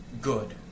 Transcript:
good